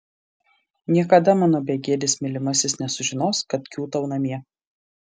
niekada mano begėdis mylimasis nesužinos kad kiūtau namie